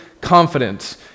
confidence